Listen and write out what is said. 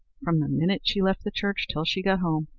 from the minute she left the church till she got home,